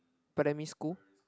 primary school